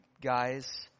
guys